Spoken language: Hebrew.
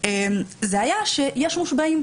היה שיש מושבעים.